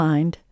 Mind